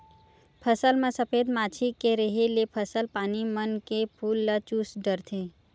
फसल म सफेद मांछी के रेहे ले फसल पानी मन के फूल ल चूस डरथे